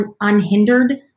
unhindered